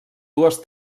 dues